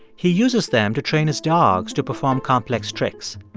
he uses them to train his dogs to perform complex tricks.